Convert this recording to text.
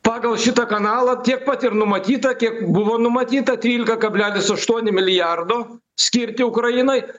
pagal šitą kanalą tiek pat ir numatyta kiek buvo numatyta trylika kablelis aštuoni milijardo skirti ukrainai